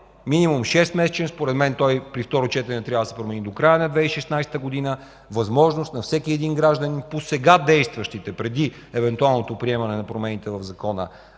минимум, според мен той при второ четене трябва да се промени до края на 2016 г., възможност на всеки един гражданин по сега действащите, преди евентуалното приемане на промените в Закона